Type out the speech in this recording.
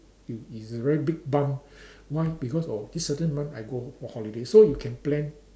it is a very big bump why because of this certain month I go for holiday so you can plan